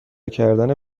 کردن